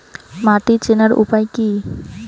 মাটি চেনার উপায় কি?